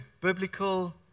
biblical